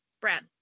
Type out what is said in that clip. Brad